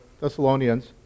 Thessalonians